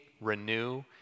renew